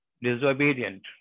disobedient